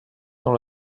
dans